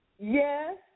Yes